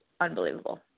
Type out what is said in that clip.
unbelievable